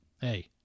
hey